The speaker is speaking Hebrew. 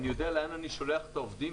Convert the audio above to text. אני יודע לאן אני שולח את העובדים,